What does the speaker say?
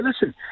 listen